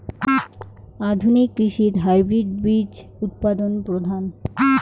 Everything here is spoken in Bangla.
আধুনিক কৃষিত হাইব্রিড বীজ উৎপাদন প্রধান